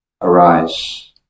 arise